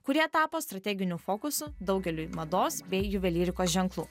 kurie tapo strateginiu fokusu daugeliui mados bei juvelyrikos ženklų